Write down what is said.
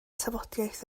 tafodiaith